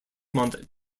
month